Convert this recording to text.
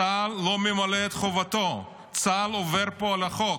צה"ל לא ממלא את חובתו, צה"ל עובר פה על החוק.